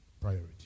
Priority